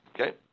Okay